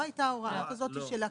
לא הייתה הוראה כזו של הגדלה,